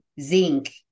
zinc